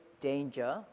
danger